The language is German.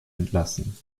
entlassen